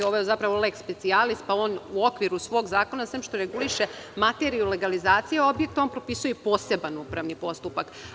Ovo je zapravo leks specijalis, pa on u okviru svog zakona, sem što reguliše materiju legalizacije objekta, on propisuje i poseban upravni postupak.